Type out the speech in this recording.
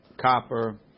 copper